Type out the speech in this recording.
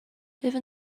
even